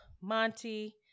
Monty